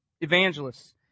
evangelists